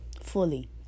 fully